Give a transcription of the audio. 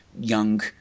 Young